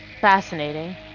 Fascinating